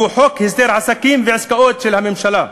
שהוא חוק הסדר עסקים ועסקאות של הממשלה,